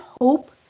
hope